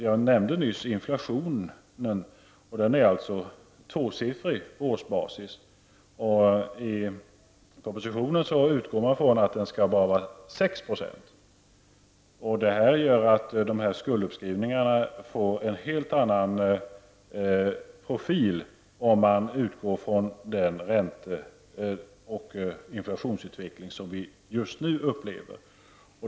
Jag nämnde nyss inflationen, som är tvåsiffrig på årsbasis. I propositionen utgår man från att den skall vara 6 %. Skulduppskrivningarna får en helt annan profil om man utgår från den ränte och inflationsutveckling som vi just nu upplever.